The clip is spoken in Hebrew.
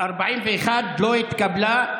41 לא התקבלה.